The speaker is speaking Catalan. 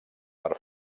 per